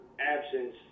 absence